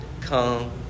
come